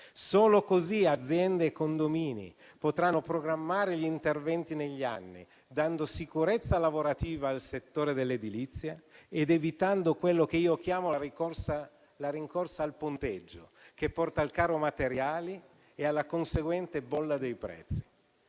Solo così aziende e condomini potranno programmare gli interventi negli anni, dando sicurezza lavorativa al settore dell'edilizia ed evitando quello che io chiamo la rincorsa al ponteggio, che porta al caro materiali e alla conseguente bolla dei prezzi.